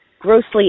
grossly